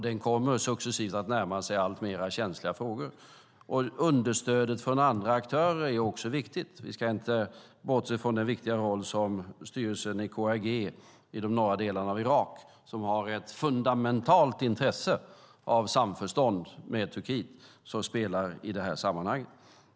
Den kommer successivt att närma sig alltmer känsliga frågor. Understödet från andra aktörer är också viktigt. Vi ska inte bortse från den viktiga roll som styrelsen i KRG i de norra delarna av Irak, som har ett fundamentalt intresse av samförstånd med Turkiet, spelar i det här sammanhanget.